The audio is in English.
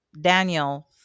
Daniel